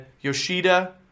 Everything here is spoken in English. Yoshida